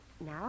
Now